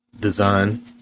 design